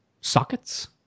sockets